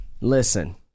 Listen